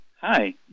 Hi